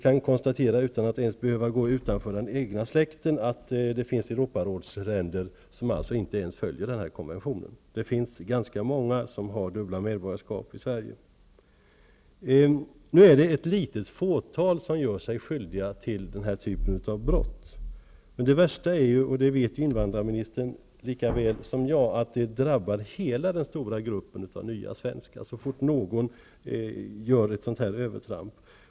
Jag kan, utan att ens behöva gå utanför den egna släkten, konstatera att det finns Europarådsländer som inte ens följer denna konvention. I Sverige finns det ganska många människor som har dubbla medborgarskap. Det är ett litet fåtal av de nya svenskarna som gör sig skyldiga till denna typ av brott. Men det värsta är, vilket invandrarministern vet lika väl som jag, att det drabbar hela den stora gruppen av nya svenskar så fort någon gör ett sådant här övertramp.